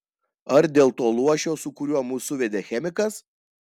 ar dėl to luošio su kuriuo mus suvedė chemikas